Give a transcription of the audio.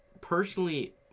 Personally